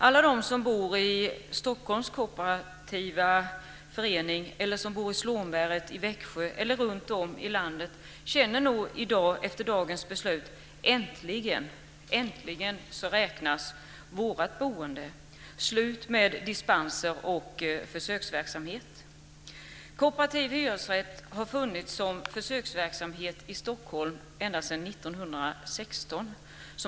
Alla de som bor i Stockholms kooperativa förening, i Slånbäret i Växjö eller runtom i landet känner nog efter dagens beslut: Äntligen! Äntligen räknas vårt boende! Slut med dispenser och försöksverksamhet! Kooperativ hyresrätt har funnits som försöksverksamhet i Stockholm ända sedan 1916.